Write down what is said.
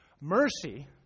mercy